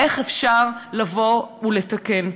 איך אפשר לבוא ולתקן.